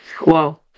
Whoa